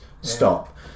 stop